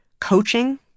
coaching